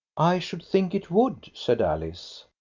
i should think it would, said alice.